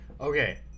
okay